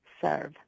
serve